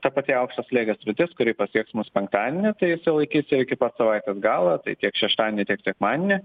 ta pati aukšto slėgio sritis kuri pasieks mus penktadienį tai išsilaikys ir iki pat savaitės galo tai tiek šeštadienį tiek sekmadienį